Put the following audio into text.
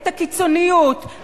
את הקיצוניות,